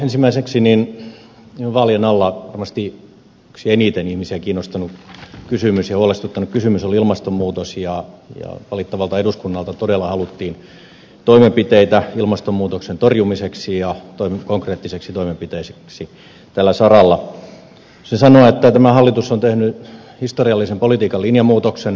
ensimmäiseksi viime vaalien alla varmasti yksi eniten ihmisiä kiinnostanut ja huolestuttanut kysymys oli ilmastonmuutos ja valittavalta eduskunnalta todella haluttiin toimenpiteitä ilmastonmuutoksen torjumiseksi ja konkreettisiksi toimenpiteiksi tällä saralla se sanoo että tämä hallitus on tehnyt historiallisen politiikan linjamuutoksen